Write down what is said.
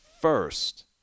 first